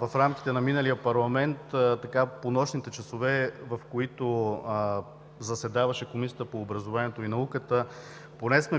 в рамките на миналия парламент по нощните часове, в които заседаваше Комисията по образованието и науката,